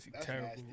terrible